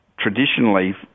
traditionally